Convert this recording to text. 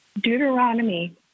Deuteronomy